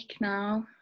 now